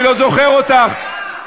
אני לא זוכר אותךְ.